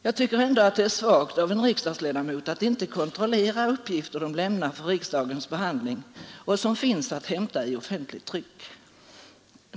Jag tycker att det är svagt av en riksdagsledamot att inte kontrollera uppgifter som han lämnar för riksdagens behandling och som finns att hämta i offentligt tryck.